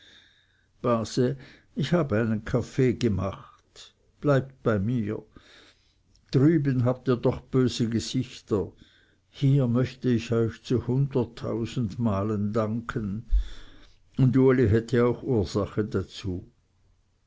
base ich habe einen kaffee gemacht bleibt bei mir drüben habt ihr doch böse gesichter hier möchte ich euch zu hunderttausend malen danken und uli hätte auch ursache dazu